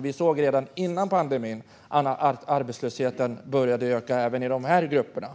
Vi såg redan före pandemin att arbetslösheten började öka även i dessa grupper.